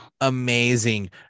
Amazing